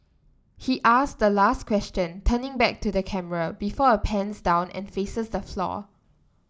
he asks the last question turning back to the camera before it pans down and faces the floor